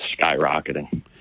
skyrocketing